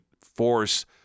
force